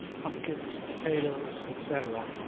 pumpkins, potatoes, etc.